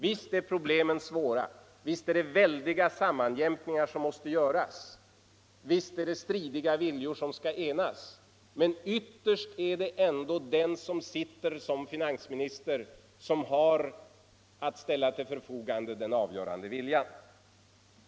Visst är problemen svåra — visst är det väldiga sammanjämkningar som måste göras, och visst är det stridiga viljor som skall enas — men ytterst är det ändå den som sitter som finansminister som har att ställa till förfogande den avgörande viljan.